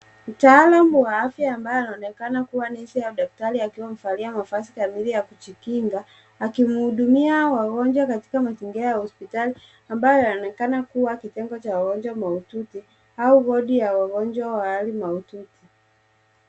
Mtaalamu wa afya ambaye anaonekana kuwa nurse au daktari akiwa amevalia mavazi kamili ya kujikinga akimuhudumia wagonjwa katika mazingira ya hospitali ambayo yanaonekana kuwa kitengo cha wagonjwa mahututi au ward ya wagonjwa wa hali mahututi.